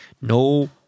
No